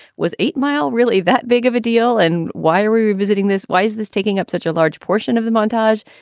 was eight mile really that big of a deal? and why are you visiting this? why is this taking up such a large portion of the montage?